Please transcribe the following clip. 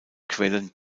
quellen